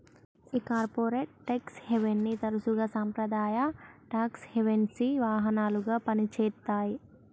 ఈ corporate tax హేవెన్ని తరసుగా సాంప్రదాయ టాక్స్ హెవెన్సి వాహనాలుగా పని చేత్తాయి